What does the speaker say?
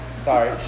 Sorry